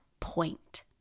point